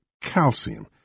calcium